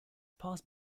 pass